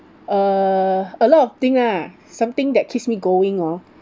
uh a lot of thing lah something that keeps me going lor